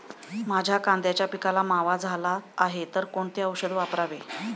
माझ्या कांद्याच्या पिकाला मावा झाला आहे तर कोणते औषध वापरावे?